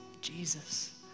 Jesus